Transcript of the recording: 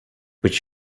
but